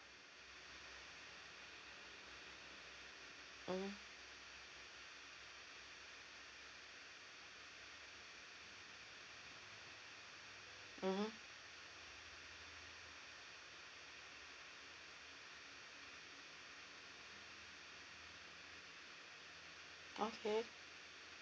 mmhmm mmhmm okay